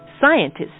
scientists